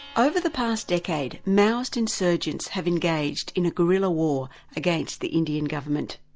over the past decade maoist insurgents have engaged in a guerrilla war against the indian government.